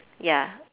ya